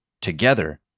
Together